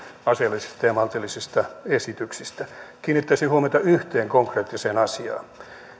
asiallisista ja maltillisista esityksistä kiinnittäisin huomiota yhteen konkreettiseen asiaan